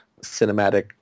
cinematic